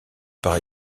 par